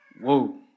Whoa